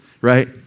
right